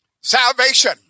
Salvation